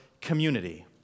community